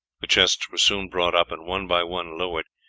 the chests were soon brought up and one by one lowered.